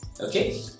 Okay